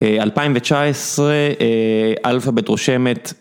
אה... 2019,אה... אלפאבית רושמת.